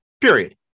Period